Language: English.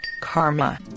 karma